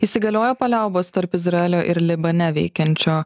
įsigaliojo paliaubos tarp izraelio ir libane veikiančio